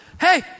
hey